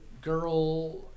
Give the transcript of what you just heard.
girl